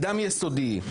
קדם יסודי,